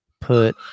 put